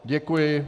Děkuji.